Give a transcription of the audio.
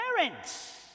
Parents